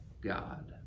god